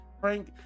Frank